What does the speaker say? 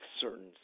certain